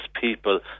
people